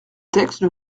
texte